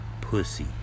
pussy